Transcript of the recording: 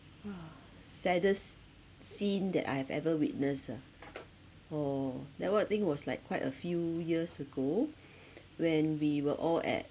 !wah! saddest scene that I have ever witnessed ah oh that one thing was like quite a few years ago when we were all at